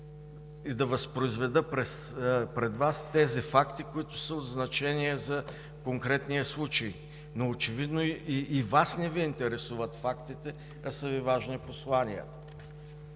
и да възпроизведа пред Вас тези факти, които са от значение за конкретния случай. Но очевидно и Вас не ви интересуват фактите, а са Ви важни посланията.